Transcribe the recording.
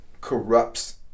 corrupts